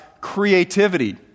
creativity